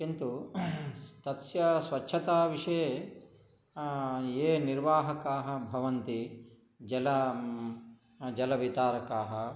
किन्तु तस्य स्वच्छता विषये ये निर्वाहकाः भवन्ति जलं जलवितरकाः